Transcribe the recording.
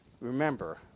Remember